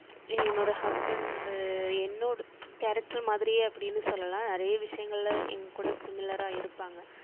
என்னோட ஹஸ்பண்டு என்னோட கேரக்ட்ரு மாதிரியே அப்படின்னு சொல்லலாம் நிறைய விசயங்கள்ல எங்கள் கூட சிமிலராக இருப்பாங்க